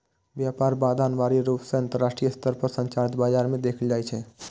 व्यापार बाधा अनिवार्य रूप सं अंतरराष्ट्रीय स्तर पर संचालित बाजार मे देखल जाइ छै